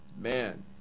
man